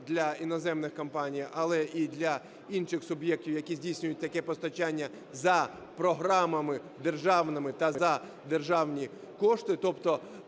для іноземних компаній, але і для інших суб'єктів, які здійснюють таке постачання за програмами державними та за державні кошти, тобто